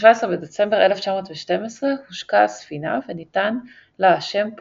1912 הושקה הספינה וניתן לה השם "פולאריס".